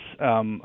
yes